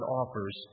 offers